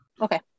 Okay